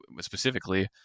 specifically